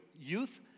youth